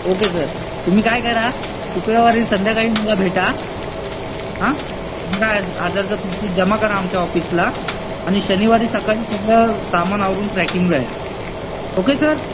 okay sir तुम्ही काय करा शुक्रवारी संध्याकाळी मला भेटा हजारचं जमा करा आमच्या ऑफिसला आणि शनिवारी सकाळी सगळं सामान आवरून ट्रॅकिंगला या ओके सर